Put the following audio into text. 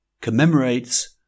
commemorates